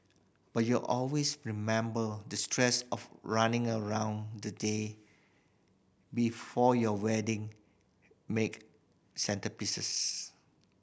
but you always remember the stress of running around the day before your wedding make centrepieces